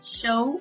show